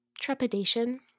trepidation